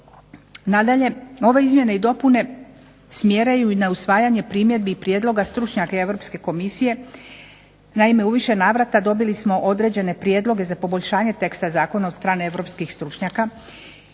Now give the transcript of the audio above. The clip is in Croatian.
Nadalje, ove izmjene i dopune smjeraju i na usvajanje primjedbi i prijedloga stručnjaka Europske komisije. Naime, u više navrata dobili smo određene prijedloge za poboljšanje teksta zakona od strane europskih stručnjaka,